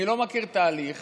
אני לא מכיר תהליך